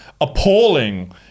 appalling